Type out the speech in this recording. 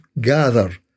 gather